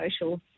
Social